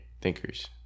thinkers